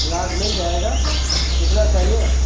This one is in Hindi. ग्लास मिल जाएगा कितना चाहिए